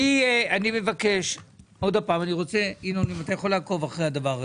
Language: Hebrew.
ינון, אני מבקש אם אתה יכול לעקוב אחרי הדבר הזה.